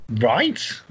right